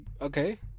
okay